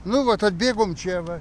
nu vot atbėgom čia va